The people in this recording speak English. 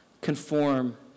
conform